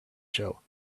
show